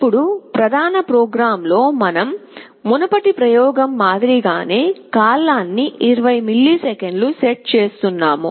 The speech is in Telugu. ఇప్పుడు ప్రధాన ప్రోగ్రామ్ లో మనం మునుపటి ప్రయోగం మాదిరిగానే కాలాన్ని 20 మిల్లీసెకన్లకు సెట్ చేస్తున్నాము